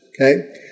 okay